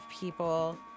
people